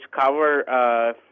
cover